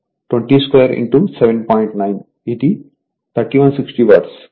9 ఇది 3160 వాట్స్